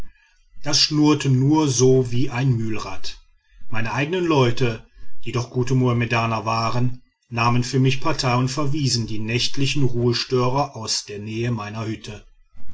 das schnurrte nur so wie ein mühlrad meine eigenen leute die doch gute mohammedaner waren nahmen für mich partei und verwiesen die nächtlichen ruhestörer aus der nähe meiner hütte